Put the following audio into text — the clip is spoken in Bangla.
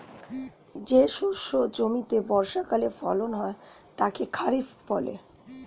যে শস্য জমিতে বর্ষাকালে ফলন হয় তাকে খরিফ বলে